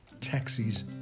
taxis